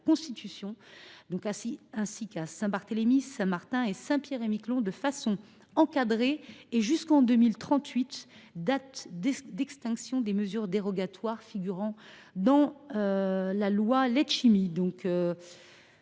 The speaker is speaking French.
ainsi qu’à Saint Barthélemy, Saint Martin et Saint Pierre et Miquelon, de façon encadrée et seulement jusqu’en 2038, date d’extinction des mesures dérogatoires figurant dans la loi Letchimy.